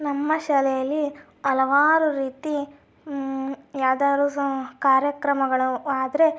ನಮ್ಮ ಶಾಲೆಯಲ್ಲಿ ಹಲವಾರು ರೀತಿ ಯಾವ್ದಾದ್ರೂ ಸಹ ಕಾರ್ಯಕ್ರಮಗಳು ಆದರೆ